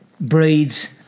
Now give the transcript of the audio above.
breeds